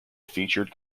featured